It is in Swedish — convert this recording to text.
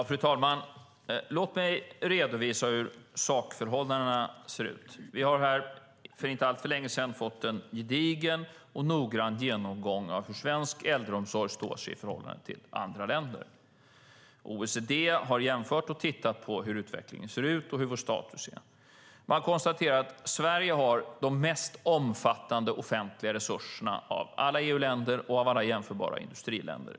Fru talman! Låt mig redovisa hur sakförhållandena ser ut. Vi har för inte alltför länge sedan fått en gedigen och noggrann genomgång av hur svensk äldreomsorg står sig i förhållande till andra länder. OECD har jämfört och tittat på hur utvecklingen ser ut och hur vår status är. Man konstaterar att Sverige har de mest omfattande offentliga resurserna av alla EU-länder och alla jämförbara industriländer.